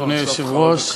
אדוני היושב-ראש,